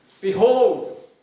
Behold